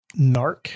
NARC